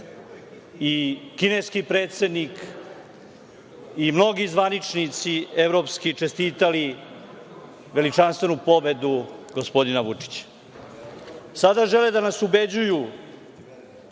kineski predsednik i mnogi zvaničnici evropski čestitali veličanstvenu pobedu gospodina Vučića. Sada žele da nas ubeđuju